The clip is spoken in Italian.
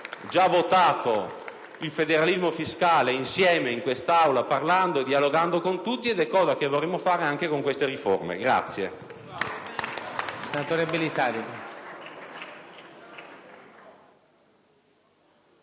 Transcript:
già votato il federalismo fiscale insieme in quest'Aula, parlando e dialogando con tutti ed è quanto vorremmo fare anche con queste riforme.